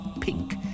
pink